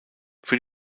für